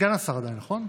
סגן השר עדיין, נכון?